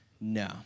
no